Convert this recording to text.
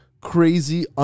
crazy